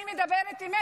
אני מדברת אמת,